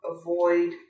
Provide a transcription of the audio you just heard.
avoid